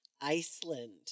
Iceland